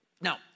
Now